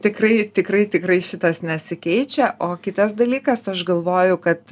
tikrai tikrai tikrai šitas nesikeičia o kitas dalykas aš galvoju kad